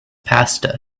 passed